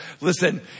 Listen